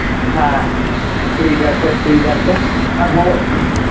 হ্যাঁ ঠিক আছে ঠিক আছে আর ভ্রমণ